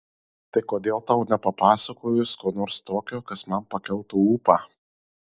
tai kodėl tau nepapasakojus ko nors tokio kas man pakeltų ūpą